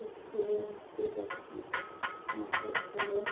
school ᱨᱮ ᱵᱷᱩᱨᱛᱤ ᱠᱟᱛᱮᱫ ᱢᱟᱪᱮᱫ ᱠᱚᱜᱮ